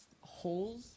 holes